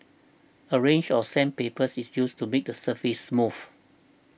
a range of sandpaper's is used to make the surface smooth